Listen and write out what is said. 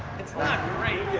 it's not great,